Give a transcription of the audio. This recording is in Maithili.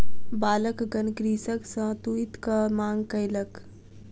बालकगण कृषक सॅ तूईतक मांग कयलक